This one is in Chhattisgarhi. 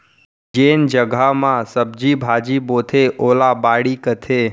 जेन जघा म सब्जी भाजी बोथें ओला बाड़ी कथें